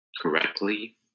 correctly